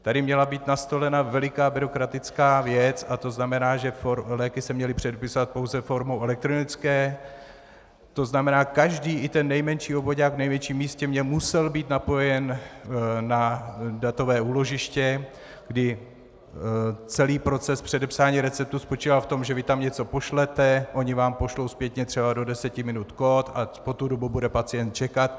Tady měla být nastolena veliká byrokratická věc, to znamená, že léky se měly předepisovat pouze formou elektronickou, to znamená, každý, i ten nejmenší obvoďák v největším místě musel být napojen na datové úložiště, kdy celý proces předepsání receptu spočíval v tom, že vy tam něco pošlete, oni vám pošlou zpětně třeba do deseti minut kód a po tu dobu bude pacient čekat.